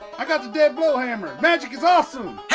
i got the dead blow hammer, magic is awesome!